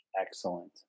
Excellent